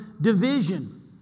division